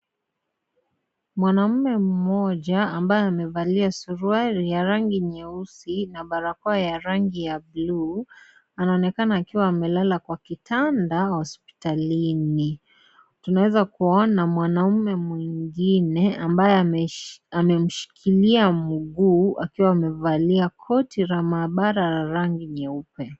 Mwanaume moja ambaye amevalia suruali ya rangi nyeusi na barakoa ya rangi ya buluu anaonekana akiwa amelala kwa kitanda hospitalini. Tunaeza kuona mwanaume mwingine ambaye Amemshikilia mguu akiwa amevalia koti la maabara ya rangi nyeupe.